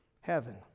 Heaven